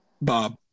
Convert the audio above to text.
Bob